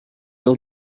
old